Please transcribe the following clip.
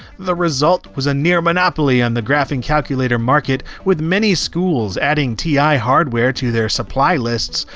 the result was a near-monopoly on the graphing calculator market, with many schools adding ti hardware to their supply lists,